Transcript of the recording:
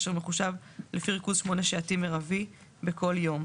אשר מחושב לפי ריכוז שמונה-שעתי מרבי בכל יום".